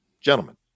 gentlemen